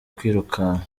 kwirukanka